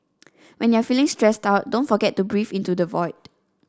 when you are feeling stressed out don't forget to breathe into the void